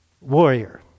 warrior